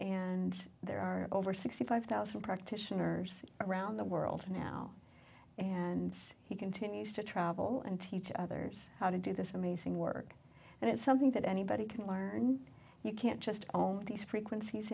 and there are over sixty five thousand practitioners around the world now and he continues to travel and teach others how to do this amazing work and it's something that anybody can learn you can't just only these frequencies